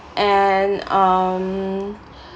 and um